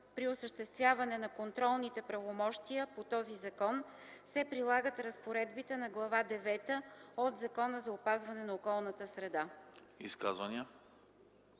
при осъществяване на контролните правомощия по този закон се прилагат разпоредбите на Глава девета от Закона за опазване на околната среда.”